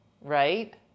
Right